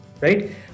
right